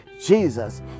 Jesus